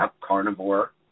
carnivore